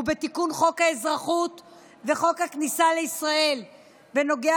הוא תיקון חוק האזרחות וחוק הכניסה לישראל בנוגע